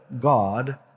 God